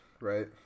right